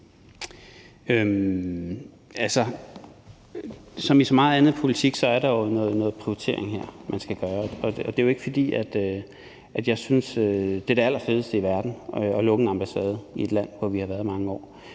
som i så meget andet politik er der jo noget prioritering her, man skal gøre. Og det er jo ikke, fordi jeg synes, at det er det allerfedeste i verden at lukke en ambassade i et land, hvor vi har været i mange år.